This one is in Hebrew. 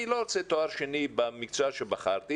אני לא רוצה תואר שני במקצוע שבחרתי,